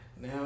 Now